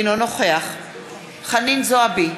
אינו נוכח חנין זועבי,